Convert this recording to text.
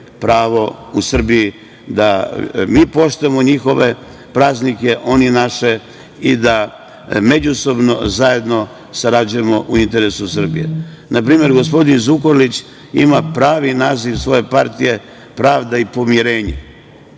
pravo u Srbiji. Mi poštujemo njihove praznike, oni naše i da međusobno zajedno sarađujemo u interesu Srbije. Na primer, gospodin Zukorlić ima pravi naziv svoje partije „Pravda i pomirenje“.